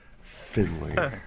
Finley